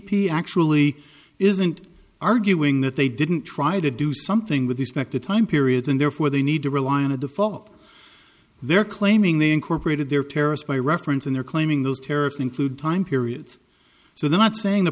p actually isn't arguing that they didn't try to do something with respect to time periods and therefore they need to rely on a default they're claiming they incorporated their terrorist by reference and they're claiming those terrorists include time period so they're not saying the